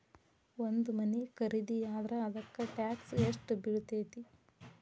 ಒಂದ್ ಮನಿ ಖರಿದಿಯಾದ್ರ ಅದಕ್ಕ ಟ್ಯಾಕ್ಸ್ ಯೆಷ್ಟ್ ಬಿಳ್ತೆತಿ?